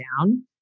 down